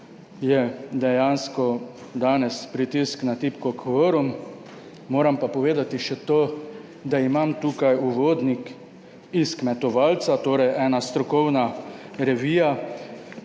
je dejansko danes pritisk na tipko kvorum. Moram pa povedati še to, da imam tukaj uvodnik iz Kmetovalca, torej ena strokovna revija